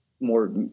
more